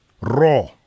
raw